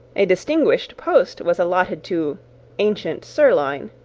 a distinguished post was allotted to ancient sirloin,